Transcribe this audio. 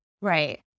Right